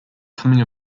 coming